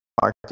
market